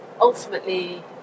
ultimately